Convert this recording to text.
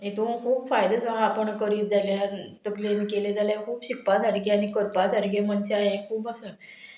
हेतून खूब फायदो सो हा आपूण करीत जाल्यार तकलेन केले जाल्यार खूब शिकपा सारके आनी करपा सारके मनशां हे खूब आसा